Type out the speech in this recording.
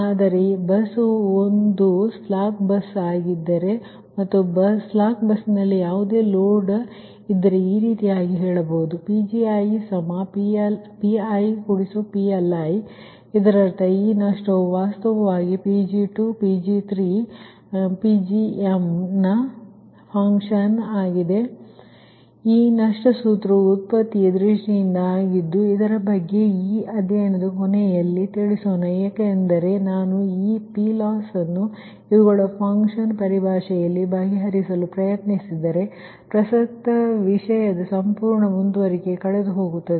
ಆದರೆ bus 1 slack bus ಆಗಿದ್ದರೆ ಮತ್ತು ಸ್ಲಾಕ್ ಬಸ್ನಲ್ಲಿ ಯಾವುದೇ ಲೋಡ್ ಇದ್ದರೆ ಈ ರೀತಿಯಾಗಿ ಹೇಳಬಹುದು Pg1P1PL1 ಇದರರ್ಥ ಈ ನಷ್ಟವು ವಾಸ್ತವವಾಗಿ Pg2Pg3Pgmನ ಫನ್ಕ್ಷನ್ ಆಗಿದೆ ಈ ನಷ್ಟ ಸೂತ್ರವು ಉತ್ಪತ್ತಿಯ ದೃಷ್ಟಿಯಿಂದ ಆಗಿದ್ದು ಇದರ ಬಗ್ಗೆ ಈ ಅದ್ಯಯದ ಕೊನೆಯಲ್ಲಿ ತಿಳಿಯೋಣ ಏಕೆಂದರೆ ನಾನು ಈ PLoss ಅನ್ನು ಇವುಗಳ ಫನ್ಕ್ಷನ್ ಪರಿಭಾಷೆಯಲ್ಲಿ ಬಗೆಹರಿಸಲು ಪ್ರಯತ್ನಿಸಿದರೆ ಪ್ರಸಕ್ತ ವಿಷಯದ ಸಂಪೂರ್ಣ ಮುಂದುವರಿಕೆ ಕಳೆದುಹೋಗುತ್ತದೆ